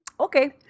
Okay